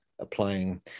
Applying